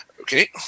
Okay